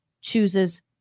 chooses